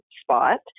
spot